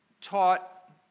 taught